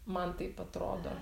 man taip atrodo